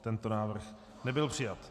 Tento návrh nebyl přijat.